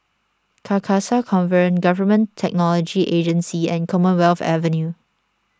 Carcasa Convent Government Technology Agency and Commonwealth Avenue